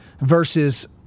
versus